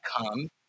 come